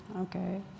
okay